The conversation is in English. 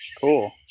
Cool